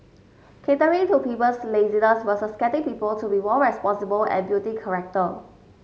catering to people's laziness versus getting people to be more responsible and building character